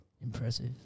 Impressive